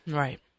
right